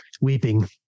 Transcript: weeping